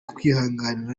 kwihanganira